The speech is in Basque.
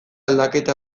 aldaketa